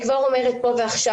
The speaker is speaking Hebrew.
אני כבר אומרת פה ועכשיו,